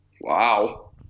Wow